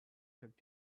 took